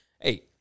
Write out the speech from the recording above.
Hey